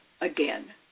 again